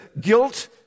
guilt